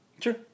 sure